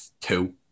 Two